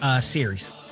series